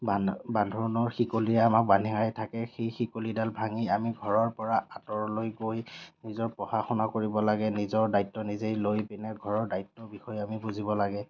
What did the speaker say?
বান্ধো বান্ধোনৰ শিকলিৰে আমাক বান্ধ খাই থাকে সেই শিকলিডাল ভাঙি আমি ঘৰৰ পৰা আতৰলৈ গৈ নিজৰ পঢ়া শুনা কৰিব লাগে নিজৰ দায়িত্ব নিজে লৈ পিনে ঘৰৰ দায়িত্ৱৰ বিষয়ে আমি বুজিব লাগে